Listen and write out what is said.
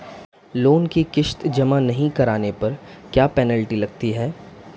Loan की किश्त जमा नहीं कराने पर क्या पेनल्टी लगती है?